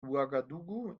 ouagadougou